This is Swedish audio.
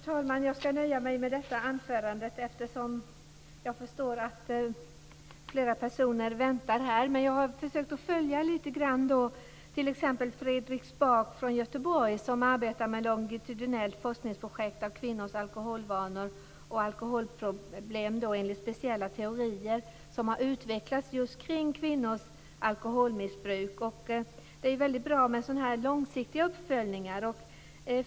Fru talman! Jag ska nöja mig med detta anförande, eftersom jag förstår att fler interpellanter väntar. Jag har försökt att följa t.ex. Fredrik Spak från Göteborg, som arbetar med ett longitudinellt forskningsprojekt om kvinnors alkoholvanor och alkoholproblem enligt speciella teorier som har utvecklats just kring kvinnors alkoholmissbruk. Det är väldigt bra med sådana här långsiktiga uppföljningar.